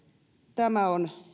tämä on